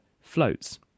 floats